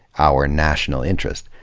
our national interest.